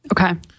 Okay